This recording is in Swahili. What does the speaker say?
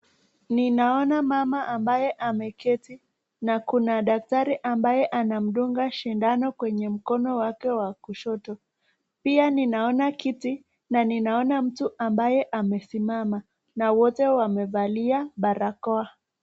Ninaona mama ambaye ameketi na kua daktari ambaye anamdunga shindano kwenye mkono wake wa kushoto, pia ninaona kiti, na ninaona mtu ambaye amesimama na wote wamevalia barakoa.